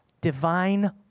divine